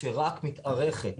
שרק מתארכת